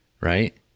right